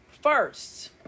First